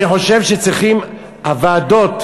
אני חושב שצריכים, הוועדות,